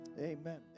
Amen